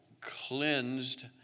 cleansed